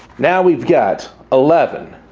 now we've got eleven,